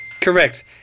Correct